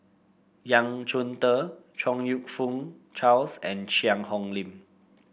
Yang Chunde Chong You Fook Charles and Cheang Hong Lim